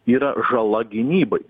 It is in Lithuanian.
yra žala gynybai